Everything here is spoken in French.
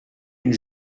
une